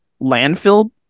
landfill